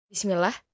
Bismillah